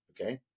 okay